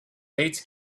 dates